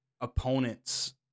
opponents